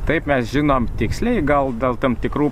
taip mes žinom tiksliai gal dėl tam tikrų